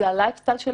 זה ה-lifestyle,